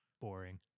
Boring